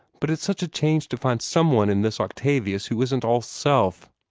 but it's such a change to find some one in this octavius who isn't all self!